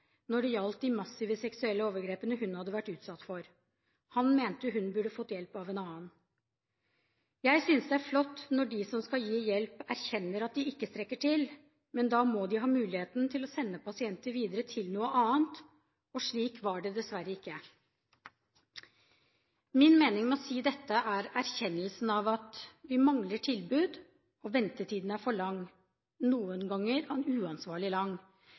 når det gjaldt de massive seksuelle overgrepene hun hadde vært utsatt for. Han mente hun burde fått hjelp av en annen. Jeg synes det er flott når de som skal gi hjelp, erkjenner at de ikke strekker til, men da må de ha muligheten til å sende pasienten videre til noe annet, og slik er det dessverre ikke. Min mening med å si dette er erkjennelsen av at vi mangler tilbud, og at ventetiden er for lang, noen ganger uansvarlig lang.